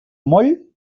moll